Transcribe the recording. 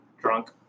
drunk